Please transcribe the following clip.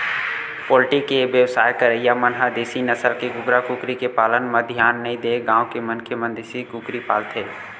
poultry के बेवसाय करइया मन ह देसी नसल के कुकरा कुकरी के पालन म धियान नइ देय गांव के मनखे मन देसी कुकरी पालथे